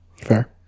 Fair